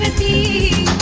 the